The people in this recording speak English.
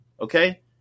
Okay